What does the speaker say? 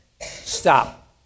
Stop